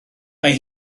mae